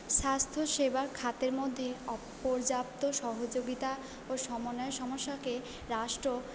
স্বাস্থ্যসেবার খাতের মধ্যে অপর্যাপ্ত সহযোগিতা ও সমন্বয় সমস্যাকে রাষ্ট্র